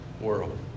world